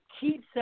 keeps